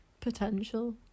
potential